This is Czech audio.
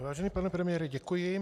Vážený pane premiére, děkuji.